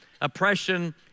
oppression